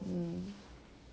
mm